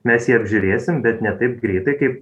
mes jį apžiūrėsim bet ne taip greitai kaip